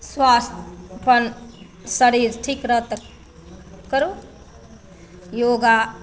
स्वास्थ अपन शरीर ठीक रहत तऽ करू योगा